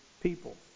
people